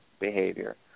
behavior